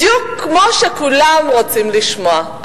בדיוק כמו שכולם רוצים לשמוע,